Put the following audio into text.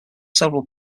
several